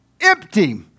empty